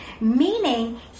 meaning